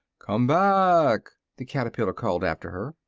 come back! the caterpillar called after her,